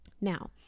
Now